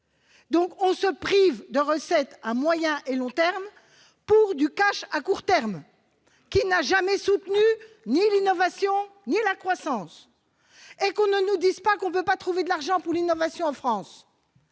%. On se prive donc de recettes à moyen et long termes pour du à court terme, lequel n'a jamais soutenu ni l'innovation ni la croissance ! Et que l'on ne nous dise pas qu'on ne peut pas trouver de l'argent pour l'innovation en France.